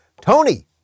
Tony